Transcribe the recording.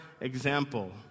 example